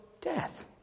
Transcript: Death